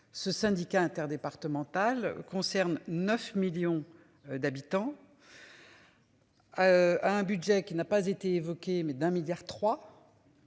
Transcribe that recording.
Ce syndicat interdépartemental concerne 9 millions d'habitants. Un budget qui n'a pas été évoqué mais d'un milliard trois.